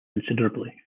considerably